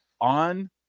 on